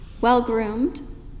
well-groomed